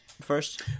first